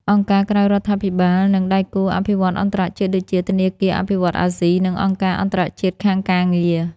អង្គការក្រៅរដ្ឋាភិបាល និងដៃគូអភិវឌ្ឍន៍អន្តរជាតិដូចជា ធនាគារអភិវឌ្ឍន៍អាស៊ី និងអង្គការអន្តរជាតិខាងការងារ។